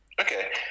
okay